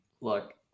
look